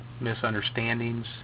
misunderstandings